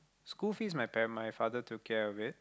school fees my pa~ my father took care of it